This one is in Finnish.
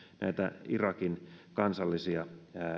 irakin kansallisia